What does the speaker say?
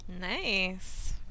nice